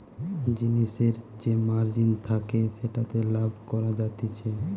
জিনিসের যে মার্জিন থাকে যেটাতে লাভ করা যাতিছে